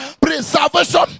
preservation